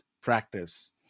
practice